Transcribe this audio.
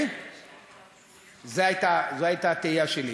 זאת הייתה התהייה שלי.